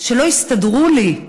לא הסתדר לי,